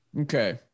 Okay